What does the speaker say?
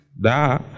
Da